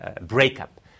breakup